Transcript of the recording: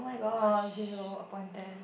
orh zero upon ten